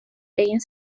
egin